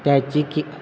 त्याची की